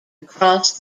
across